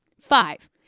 five